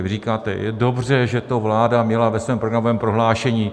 Vy říkáte: je dobře, že to vláda měla ve svém programovém prohlášení.